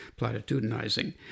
platitudinizing